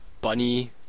bunny